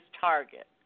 target